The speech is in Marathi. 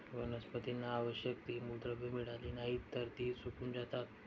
वनस्पतींना आवश्यक ती मूलद्रव्ये मिळाली नाहीत, तर ती सुकून जातात